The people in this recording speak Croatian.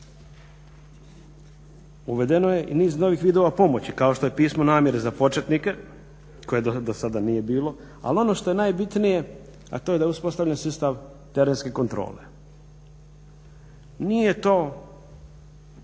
Uvedeno je i niz novih vidova pomoći kao što je pismo namjere za početnike koje do sada nije bilo, ali ono što je najbitnije a to je da je uspostavljen sustav terenske kontrole. Nije